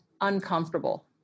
uncomfortable